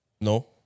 No